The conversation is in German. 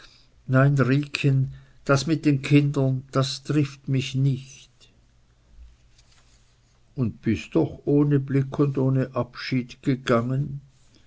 das mit den kindern das trifft mich nicht und bist doch ohne blick und abschied gegangen